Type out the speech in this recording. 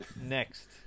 next